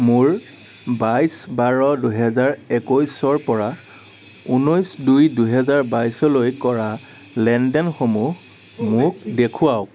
মোৰ বাইছ বাৰ দুহেজাৰ একৈছৰ পৰা ঊনৈছ দুই দুহেজাৰ বাইছলৈ কৰা লেনদেনসমূহ মোক দেখুৱাওক